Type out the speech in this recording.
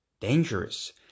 dangerous